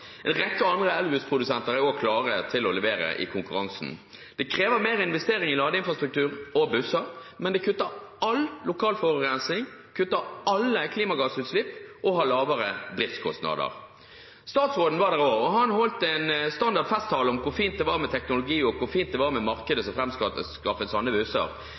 En rekke andre elbussprodusenter er også klare til å levere i konkurransen. Det krever mer investering i ladeinfrastruktur og busser, men det kutter all lokalforurensning, kutter alle klimagassutslipp og har lavere driftskostnader. Statsråden var også der, og han holdt en standard festtale om hvor fint det var med teknologi og hvor fint det var med markedet som framskaffet slike busser.